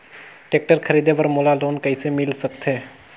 Tractor खरीदे बर मोला लोन कइसे मिल सकथे?